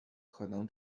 可能